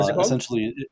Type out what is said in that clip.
essentially